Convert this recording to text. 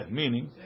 meaning